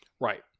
right